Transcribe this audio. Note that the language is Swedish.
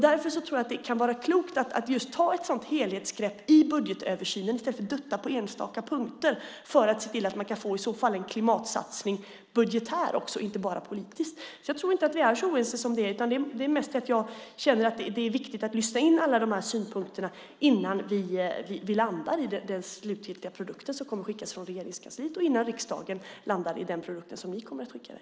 Därför tror jag att det kan vara klokt att ta ett helhetsgrepp i samband med budgetöversynen i stället för att dutta på enstaka punkter. På så sätt kan man få en klimatsatsning som även är budgetär och inte bara politisk. Jag tror alltså inte att vi är så oense om detta. Jag känner mest att det är viktigt att lyssna på alla synpunkter innan vi landar i den slutgiltiga produkten som kommer att skickas från Regeringskansliet, och innan riksdagen landar i den produkt som den kommer att skicka i väg.